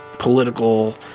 political